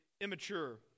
immature